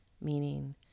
meaning